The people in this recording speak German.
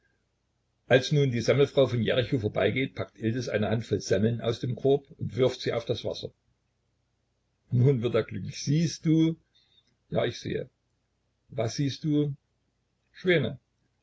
als nun die semmelfrau von jericho vorbeigeht packt iltis eine handvoll semmeln aus dem korb und wirft sie auf das wasser nun wird er glücklich siehst du ja ich sehe was siehst du schwäne